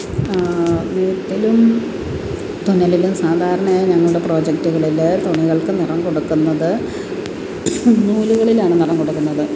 നെയ്ത്തിലും തുന്നലിലും സാധാരണയായി ഞങ്ങളുടെ പ്രോജക്റ്റുകളിൽ തുണികൾക്കു നിറം കൊടുക്കുന്നത് നൂലുകളിലാണ് നിറം കൊടുക്കുന്നത്